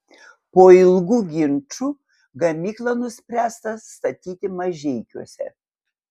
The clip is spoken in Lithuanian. po ilgų ginčų gamyklą nuspręsta statyti mažeikiuose